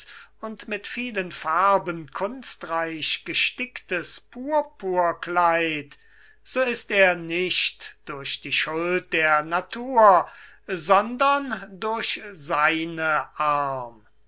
und mit vielen farben kunstreich gesticktes purpurkleid so ist er nicht durch die schuld der natur sondern durch seine arm